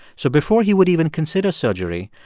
so before he would even consider surgery,